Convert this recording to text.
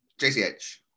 JCH